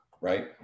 right